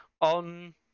on